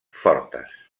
fortes